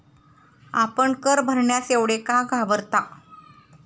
आपण कर भरण्यास एवढे का घाबरता?